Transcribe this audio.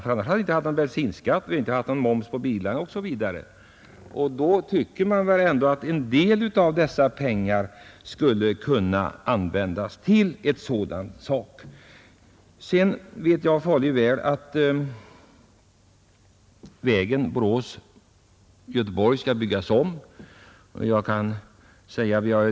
Utan bilarna hade vi inte haft dessa extra pengar. Då borde i varje fall en del av dessa pengar ha kunnat användas till vägförbättringar. Jag vet mycket väl att vägen Borås—Göteborg skall byggas om.